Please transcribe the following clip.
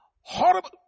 Horrible